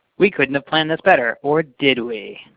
we couldn't have planned this better. or did we?